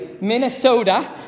Minnesota